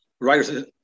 writers